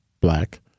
Black